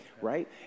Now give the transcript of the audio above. right